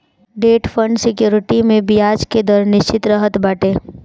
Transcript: debt fund security में बियाज के दर निश्चित रहत बाटे